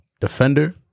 Defender